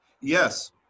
Yes